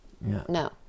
No